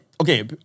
Okay